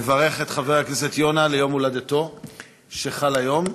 נברך את חבר הכנסת יונה ליום הולדתו שחל היום.